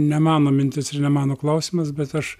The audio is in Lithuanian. ne mano mintis ir ne mano klausimas bet aš